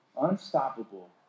Unstoppable